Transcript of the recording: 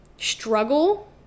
struggle